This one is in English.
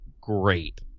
great